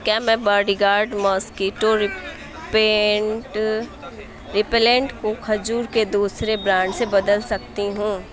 کیا میں body guard mosquito ریپینٹ ریپلینٹ کو کھجور کے دوسرے برانڈ سے بدل سکتی ہوں